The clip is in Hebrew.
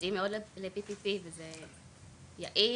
מתאים מאד ל- PPP וזה יעיל.